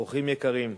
אורחים יקרים,